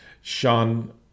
Sean